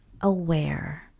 aware